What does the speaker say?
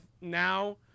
now